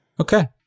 Okay